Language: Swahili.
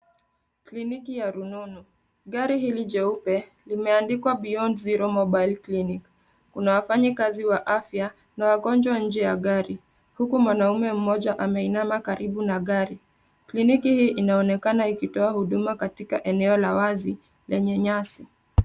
Kliniki ya rununu. Gari hili jeupe limeandikwa Beyond Zero Mobile Clinic . Kuna wafanyikazi wa afya na wagonjwa nje ya gari huku mwanaume mmoja ameinama karibu na gari. Kliniki hii inaonekana ikitoa huduma katika eneo la wazi lenye nyasi.